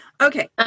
Okay